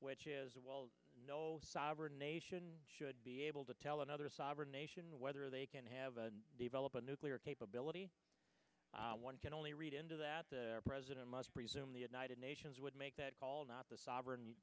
which is no sovereign nation should be able to tell another sovereign nation whether they can have and develop a nuclear capability one can only read into that the president must presume the united nations would make that call not the sovereign